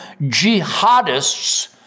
jihadists